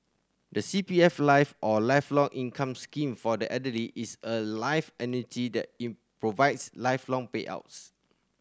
the C P F Life or Lifelong Income Scheme for the Elderly is a life annuity that provides lifelong payouts